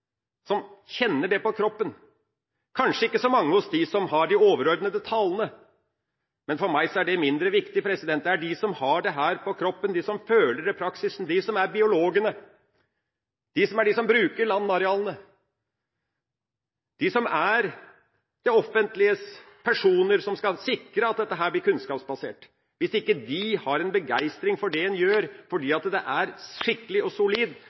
som kjenner det på kroppen, kanskje ikke hos mange av dem som har de overordnede talene, men for meg er det mindre viktig. Hvis ikke de som kjenner dette på kroppen, de som føler det i praksis, de som er biologer, de som bruker landarealene, de som er det offentliges personer som skal sikre at dette blir kunnskapsbasert, har en begeistring for det en gjør, fordi det er skikkelig og solid,